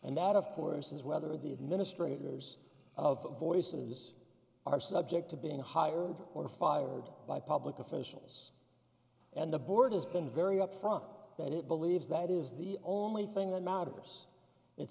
and that of course is whether the administrators of voices are subject to being hired or fired by public officials and the board has been very upfront that it believes that it is the only thing that matters it